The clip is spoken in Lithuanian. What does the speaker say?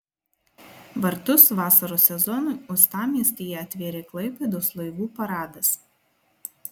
vartus vasaros sezonui uostamiestyje atvėrė klaipėdos laivų paradas